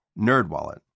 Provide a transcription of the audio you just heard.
NerdWallet